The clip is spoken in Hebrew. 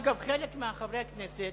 אגב, חלק מחברי הכנסת